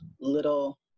little